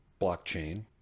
blockchain